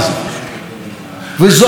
וזו המערכת הפוליטית שלנו.